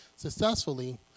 successfully